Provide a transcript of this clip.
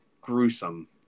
gruesome